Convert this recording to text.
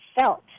felt